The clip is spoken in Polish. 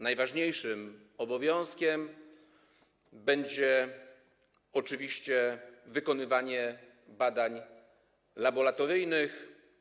Najważniejszym obowiązkiem będzie oczywiście wykonywanie badań laboratoryjnych.